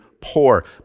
poor